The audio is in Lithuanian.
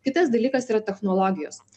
kitas dalykas yra technologijos